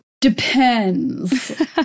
Depends